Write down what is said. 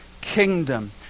kingdom